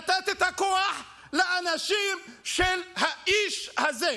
לתת את הכוח לאנשים של האיש הזה.